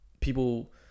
people